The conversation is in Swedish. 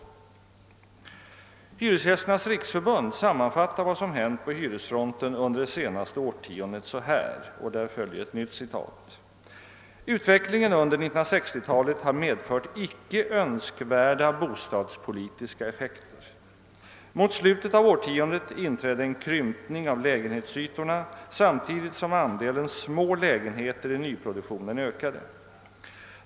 Hyresgästernas riksförbund sammanfattar vad som hänt på hyresfronten under det senaste årtiondet så här: ”Utvecklingen under 1960-talet har medfört icke önskvärda bostadspolitis ka effekter. Mot slutet av årtiondet inträdde en krympning av lägenhetsytorna samtidigt som andelen små lägenheter i nyproduktionen ökade.